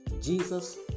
Jesus